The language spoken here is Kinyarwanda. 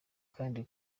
kandi